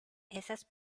esas